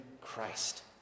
Christ